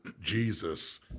Jesus